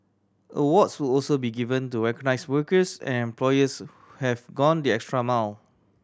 awards will also be given to recognise workers and employers who have gone the extra mile